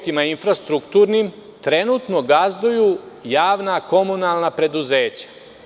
Tim infrastrukturnim objektima trenutno gazduju javna komunalna preduzeća.